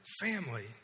family